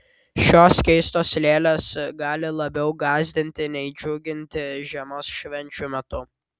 šios keistos lėlės gali labiau gąsdinti nei džiuginti žiemos švenčių metu